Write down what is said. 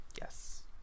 Yes